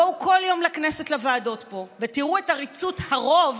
בואו כל יום לכנסת לוועדות פה ותראו את עריצות הרוב